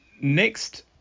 next